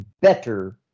better